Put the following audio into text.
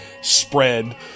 spread